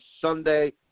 Sunday